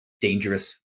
dangerous